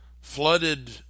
flooded